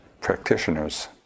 practitioners